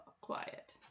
quiet